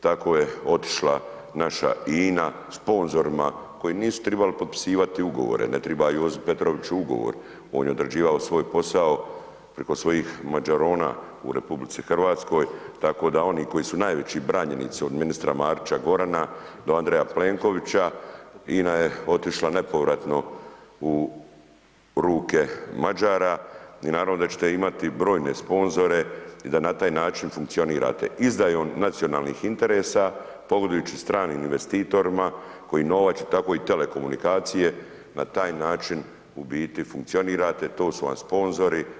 Tako je otišla naša INA, sponzorima koji nisu trebali potpisivati ugovore, ne treba Jozi Petroviću ugovor, on je određivao svoj posao preko svojih mađarona u RH, tako da oni koji su najveći branjenici od ministra Marića Gorana do Andreja Plenkovića, INA je otišla nepovratno u ruke Mađara i naravno da ćete imati brojne sponzore i da na taj način funkcionirate, izdajom nacionalnih interesa, pogodujući stranim investitorima, koji novac, tako i telekomunikacije na taj način, u biti, funkcionirate, to su vam sponzori.